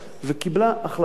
וקיבלה החלטה,